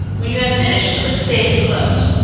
when you've finished, click save and close.